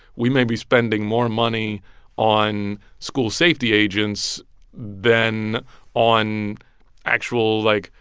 we may be spending more money on school safety agents than on actual, like,